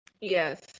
Yes